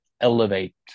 elevate